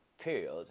period